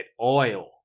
oil